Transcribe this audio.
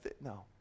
no